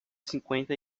cinquenta